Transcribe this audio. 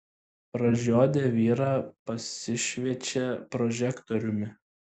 pražiodę vyrą pasišviečia prožektoriumi